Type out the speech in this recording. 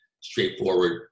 straightforward